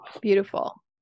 Beautiful